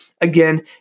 Again